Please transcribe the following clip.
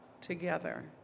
together